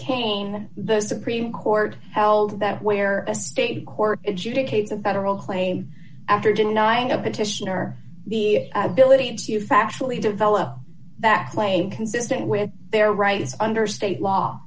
kane the supreme court held that where a state court educate the federal claim after denying a petitioner the ability to factually develop that claim consistent with their rights under state law